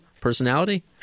personality